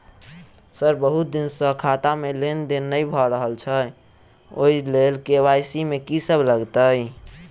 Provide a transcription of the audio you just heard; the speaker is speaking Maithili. सर बहुत दिन सऽ खाता मे लेनदेन नै भऽ रहल छैय ओई लेल के.वाई.सी मे की सब लागति ई?